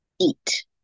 eat